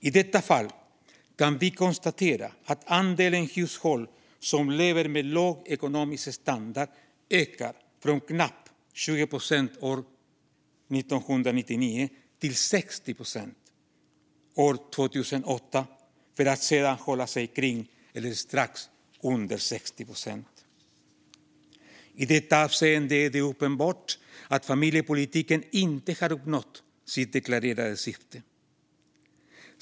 I detta fall kan vi konstatera att andelen hushåll som lever med låg ekonomisk standard ökar från knappt 20 procent 1999 till 60 procent 2008 för att sedan hålla sig kring 60 procent eller strax under. I detta avseende är det uppenbart att familjepolitiken inte har uppnått sitt deklarerade syfte.